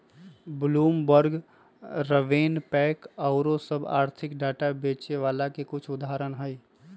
Bloomberg, RavenPack आउरो सभ आर्थिक डाटा बेचे बला के कुछ उदाहरण हइ